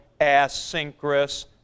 asynchronous